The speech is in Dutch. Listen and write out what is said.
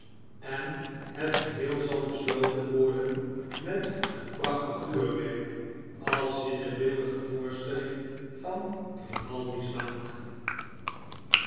en het geheel zal besloten worden meteenprachtig vuurwerk als zinnebeeldige voorstelling van grimaldl's dank